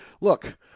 look